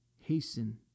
hasten